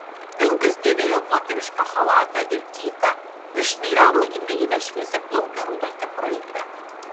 vilkas dėvėjo moterišką chalatą ir kyką ir šnairavo į naivią šviesiaplaukę raudonkepuraitę